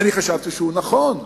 אני חשבתי שהוא נכון,